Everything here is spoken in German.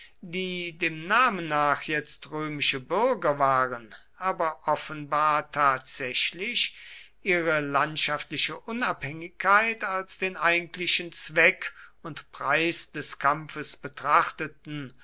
die dem namen nach jetzt römische bürger waren aber offenbar tatsächlich ihre landschaftliche unabhängigkeit als den eigentlichen zweck und preis des kampfes betrachteten